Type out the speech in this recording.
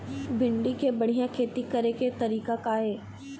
भिंडी के बढ़िया खेती करे के तरीका का हे?